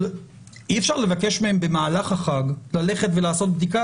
אי-אפשר לבקש מהן במהלך החג לעשות בדיקה